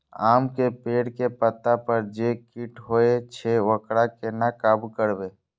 आम के पेड़ के पत्ता पर जे कीट होय छे वकरा केना काबू करबे?